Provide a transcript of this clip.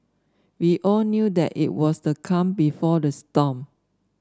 we all knew that it was the calm before the storm